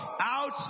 out